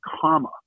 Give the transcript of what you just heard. comma